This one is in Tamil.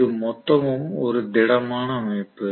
இது மொத்தமும் ஒரு திடமான அமைப்பு